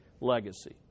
legacy